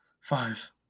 Five